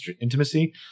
intimacy